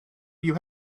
you